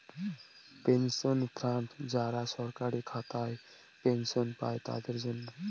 pension fund যারা সরকারি খাতায় পেনশন পাই তাদের জন্য